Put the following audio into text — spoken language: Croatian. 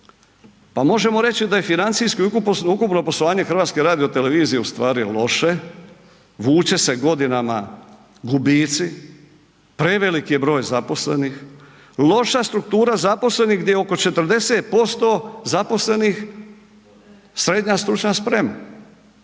pa možemo reći da je financijski ukupno poslovanje HRT-a ustvari loše, vuče se godinama gubici, preveliki je broj zaposlenih, loša struktura zaposlenih gdje oko 40% zaposlenih SSS. Dakle,